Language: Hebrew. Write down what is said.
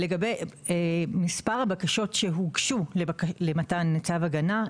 לגבי מספר הבקשות שהוגשו למתן צו הגנה,